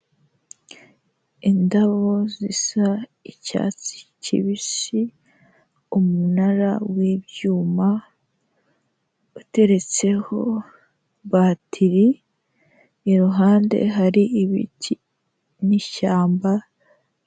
Indabo zisa icyatsi kibisi, umunara w'ibyuma uteretseho batiri. Iruhande hari ibiti n'ishyamba.